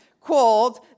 called